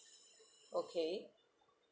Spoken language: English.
okay